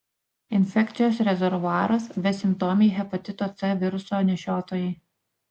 infekcijos rezervuaras besimptomiai hepatito c viruso nešiotojai